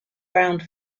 round